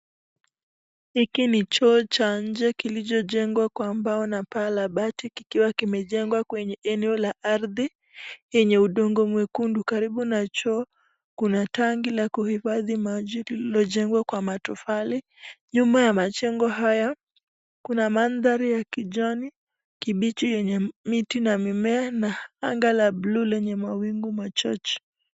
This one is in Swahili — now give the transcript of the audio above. Hiki ni choo cha nje kilichinjengwa kwa bao na paa la bati kikiwa kimejengwa kwenye eneo la ardhi yenye udongo mwekundu, karibu choo kuna tangi la kuhifadhi maji lilojengwa kwa matofali, nyuma ya majengo haya kuna mandhari ya kijani kibichi yenye miti na mimea na anga la bluu lenye mawingu machache.